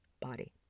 body